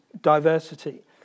diversity